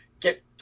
get